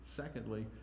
secondly